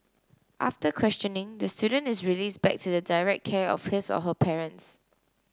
after questioning the student is released back to the direct care of his or her parents